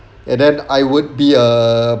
and then I would be a